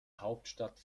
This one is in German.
hauptstadt